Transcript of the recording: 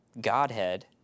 Godhead